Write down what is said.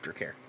aftercare